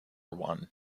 one